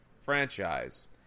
franchise